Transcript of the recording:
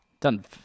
Done